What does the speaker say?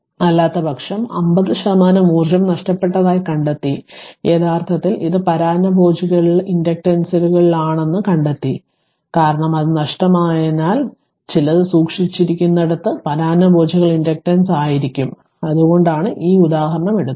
അല്ലാത്തപക്ഷം 50 ശതമാനം ഊർജ്ജം നഷ്ടപ്പെട്ടതായി കണ്ടെത്തി യഥാർത്ഥത്തിൽ ഇത് പരാന്നഭോജികളിലെ ഇൻഡക്റ്റൻസുകളിലാണെന്ന് കണ്ടെത്തി കാരണം അത് നഷ്ടമായതിനാൽ അതിനർത്ഥം ചിലത് സൂക്ഷിച്ചിരിക്കുന്നയിടത്ത് പരാന്നഭോജികളുടെ ഇൻഡക്റ്റൻസുകളിൽ ആയിരിക്കും അതുകൊണ്ടാണ് ഈ ഉദാഹരണം എടുക്കുന്നത്